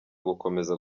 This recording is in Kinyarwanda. gukomeza